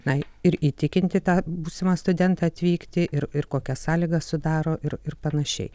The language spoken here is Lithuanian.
na ir įtikinti tą būsimą studentą atvykti ir ir kokias sąlygas sudaro ir ir panašiai